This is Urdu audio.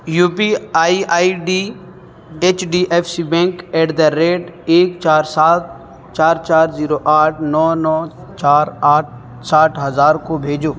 you P I I D ڈیچ D F C bank at the rate ایک چار سات چار چار زیرو آٹھ نو نو چار آٹھ ساٹھ ہزار کو بھیجو